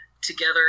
together